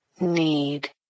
need